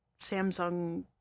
Samsung